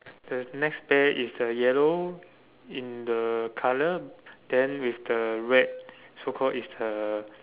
the next bear is the yellow in the colour then with the red so called if the